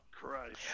Christ